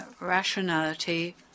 rationality